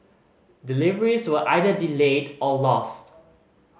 deliveries were either delayed or lost